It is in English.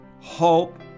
hope